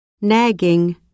nagging